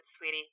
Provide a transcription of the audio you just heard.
sweetie